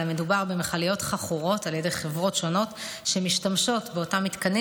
אלא מדובר במכליות חכורות על ידי חברות שונות שמשתמשות באותם מתקנים